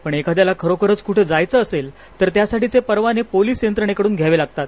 पण एखाद्याला खरोखरोच कुठे जायच असेल तर त्यासाठीचे परवाने पोलीस यंत्रणेकडून घ्यावे लागतात